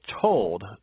told